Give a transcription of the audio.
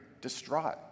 distraught